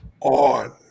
on